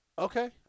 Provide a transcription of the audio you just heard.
Okay